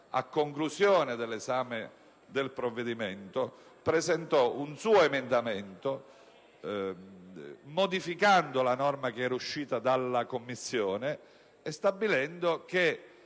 a conclusione dell'esame del provvedimento, presentò un suo emendamento volto a modificare la norma che era stata approvata dalla Commissione, stabilendo che